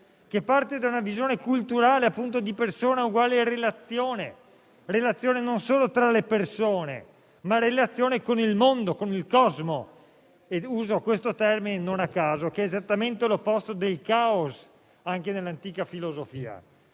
che parte da una visione culturale per cui persona equivale a relazione, non solo tra le persone, ma con il mondo, con il cosmo ed uso questo termine non a caso, perché è esattamente l'opposto del *caos*, anche nell'antica filosofia.